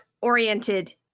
oriented